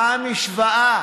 מה המשוואה?